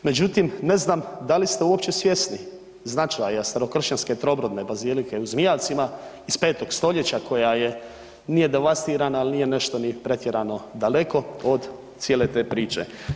Međutim, ne znam da li ste uopće svjesni značaja starokršćanske trobrodne bazilike u Zmijavcima iz 5. stoljeća koja je, nije devastirana, al nije nešto ni pretjerano daleko od cijele te priče.